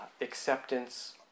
acceptance